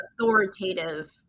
authoritative